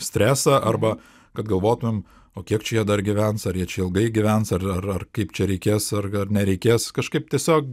stresą arba kad galvotumėm o kiek čia jie dar gyvens ar jie čia ilgai gyvens ar ar ar kaip čia reikės ar ar nereikės kažkaip tiesiog